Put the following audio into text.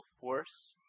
force